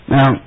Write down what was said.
Now